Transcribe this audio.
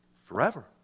forever